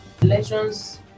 elections